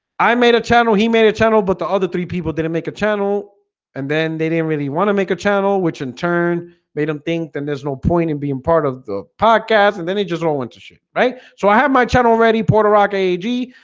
i made a channel he made a channel but the other three people didn't make a channel and then they didn't really want to make a channel which in turn made them think then there's no point in being part of the podcast and then he just all went to shit right, so i had my channel ready poor taraka ag.